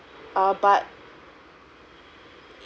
uh but